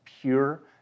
pure